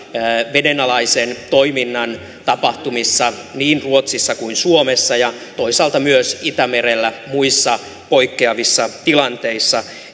vedenalaisen toiminnan tapahtumissa niin ruotsissa kuin suomessa ja toisaalta myös itämerellä muissa poikkeavissa tilanteissa